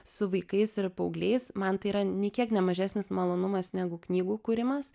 su vaikais ir paaugliais man tai yra nė kiek ne mažesnis malonumas negu knygų kūrimas